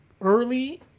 early